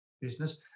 business